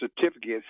certificates